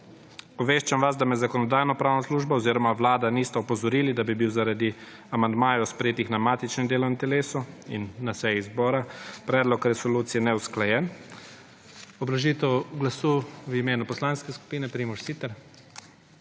Obveščam vas, da me Zakonodajno-pravna služba oziroma Vlada nista opozorili, da bi bil, zaradi amandmajev sprejetih na matičnem delovnem telesu in na seji zbora predlog resolucije neusklajen. Obrazložitev glasu v imenu poslanske skupine. Primož Siter.